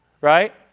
right